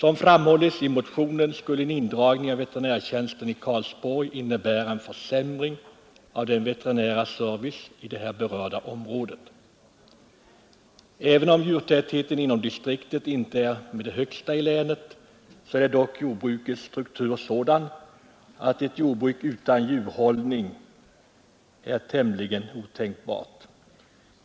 Som framhålles i motionen skulle en indragning av veterinärtjänsten i Karlsborg innebära en försämring av den veterinära servicen i det berörda området. Även om djurtätheten inom distriktet inte är den högsta i länet är dock jordbruksstrukturen sådan att ett jordbruk utan djurhållning är tämligen otänkbart.